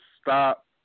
stop